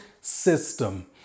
system